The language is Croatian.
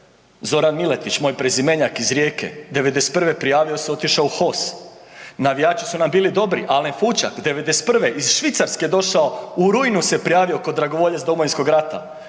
Zoran Miletić moj prezimenjak iz rijeke, '91. prijavio se otišao u HOS, navijači su nam bili dobri, Alen Fučak '91. iz Švicarske došao u rujnu se prijavio ko dragovoljac Domovinskog rata,